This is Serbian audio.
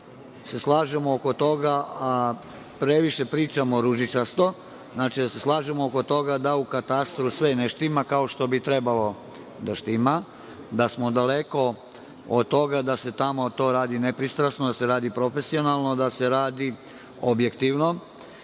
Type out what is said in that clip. se slažemo oko toga, a previše pričamo o ružičastom, znači, da se slažemo oko toga da u katastru sve ne štima kao što bi trebalo da štima, da smo daleko od toga da se tamo to radi nepristrasno, da se radi profesionalno, da se radi objektivno.